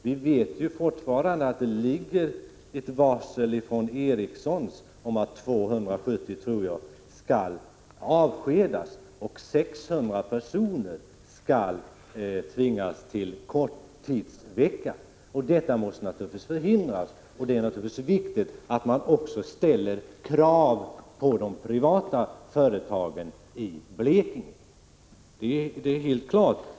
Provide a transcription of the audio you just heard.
Vi vet att Ericssons utfärdat varsel om att 270 anställda — jag tror att det gäller så många — skall avskedas och att 600 personer skall tvingas till korttidsvecka. Detta måste naturligtvis förhindras, och det är viktigt att man ställer krav även på de privata företagen i Blekinge — det är helt klart.